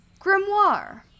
Grimoire